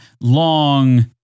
long